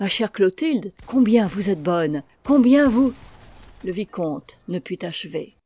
ma chère clotilde combien vous êtes bonne combien vous le vicomte ne put achever